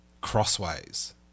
crossways